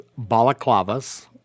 balaclavas